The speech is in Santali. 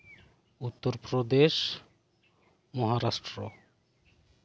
ᱩᱛᱛᱚᱨ ᱯᱨᱚᱫᱮᱥ ᱢᱚᱦᱟᱨᱟᱥᱴᱚᱨᱚ